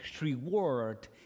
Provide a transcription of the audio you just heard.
reward